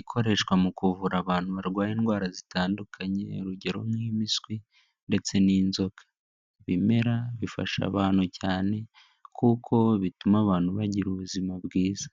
ikoreshwa mu kuvura abantu barwaye indwara zitandukanye, urugero nk'impiswi ndetse n'inzoka. Ibimera bifasha abantu cyane kuko bituma abantu bagira ubuzima bwiza.